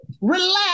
relax